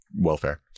welfare